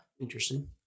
Interesting